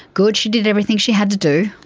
good. she did everything she had to do.